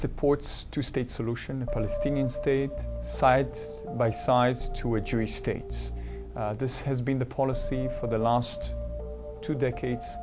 supports two state solution a palestinian state side by sides to a jury states this has been the policy for the last two decades